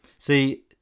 See